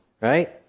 right